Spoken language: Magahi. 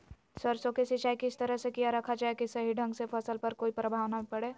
सरसों के सिंचाई किस तरह से किया रखा जाए कि सही ढंग से फसल पर कोई प्रभाव नहीं पड़े?